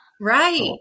Right